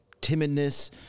timidness